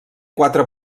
quatre